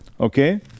okay